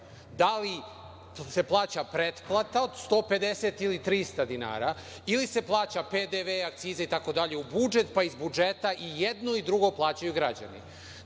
da li se plaća pretplata od 150 ili 300 dinara ili se plaća PDV, akcize i itd. u budžet pa iz budžeta, i jedno i drugo plaćaju građani. Znači,